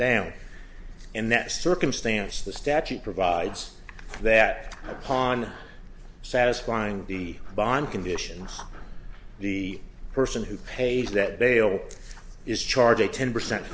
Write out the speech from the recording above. meltdown in that circumstance the statute provides that upon satisfying the bond conditions the person who pays that bail is charged a ten percent